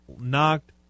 knocked